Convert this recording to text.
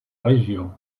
région